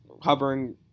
hovering